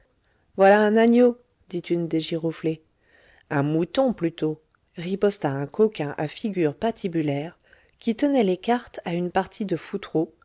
voilà un agneau dit une des giroflées un mouton plutôt riposta un coquin à figure patibulaire qui tenait les cartes à une partie de foutreau